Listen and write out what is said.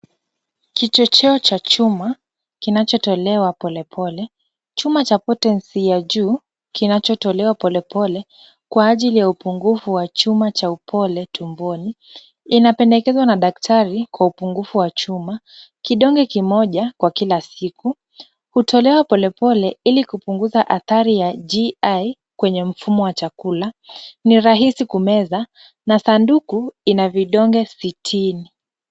Kichocheo cha chuma kinachotolewa polepole. Chuma cha potency ya juu kinachotolewa polepole kwa ajili ya upungufu wa chuma cha upole tumboni inapendekezwa na daktari kwa upungufu wa chuma. Kidonge kimoja kwa kila siku hutolewa polepole ili kupunguza athari ya GI kwenye mfumo wa chakula. Ni rahisi kumeza na sanduku ina vidonge sitini.